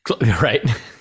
Right